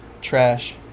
trash